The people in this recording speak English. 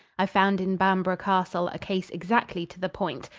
i found in bamborough castle a case exactly to the point.